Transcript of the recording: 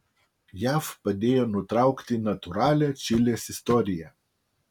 jav padėjo nutraukti natūralią čilės istoriją